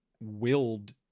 willed